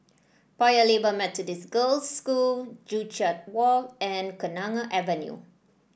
Paya Lebar Methodist Girls' School Joo Chiat Walk and Kenanga Avenue